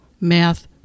math